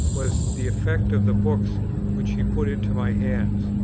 was the effect of the books which he put into my hands,